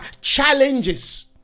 challenges